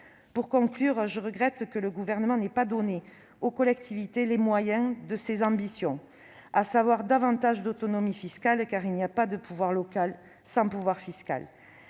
Pour conclure, je regrette que le Gouvernement n'ait pas donné aux collectivités les moyens de leurs ambitions, à savoir davantage d'autonomie fiscale. En effet, il n'y a pas de pouvoir local sans pouvoir fiscal.